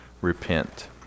repent